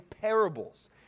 parables